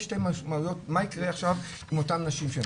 יש שתי משמעויות מה יקרה עכשיו עם אותן נשים שם,